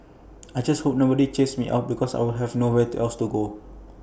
I just hope nobody chases me out because I will have nowhere else to go